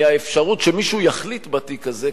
מהאפשרות שמישהו יחליט בתיק הזה,